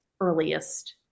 earliest